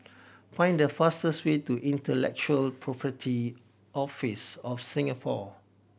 find the fastest way to Intellectual Property Office of Singapore